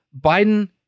Biden